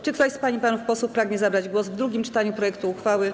Czy ktoś z pań i panów posłów pragnie zabrać głos w drugim czytaniu projektu uchwały?